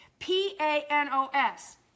P-A-N-O-S